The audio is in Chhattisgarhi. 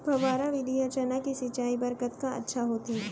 फव्वारा विधि ह चना के सिंचाई बर कतका अच्छा होथे?